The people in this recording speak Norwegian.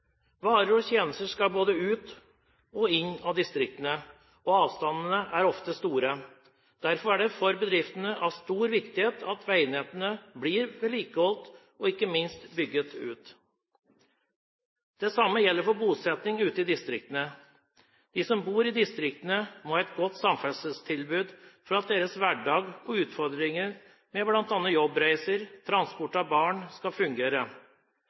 Varer og tjenester skal både ut i og inn fra distriktene, og avstandene er ofte store. Derfor er det for bedriftene av stor viktighet at veinettet blir vedlikeholdt og ikke minst bygget ut. Det samme gjelder for bosetting ute i distriktene. De som bor i distriktene, må ha et godt samferdselstilbud for at deres hverdag – utfordringer med bl.a. jobbreiser og transport av barn – skal fungere.